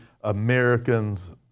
Americans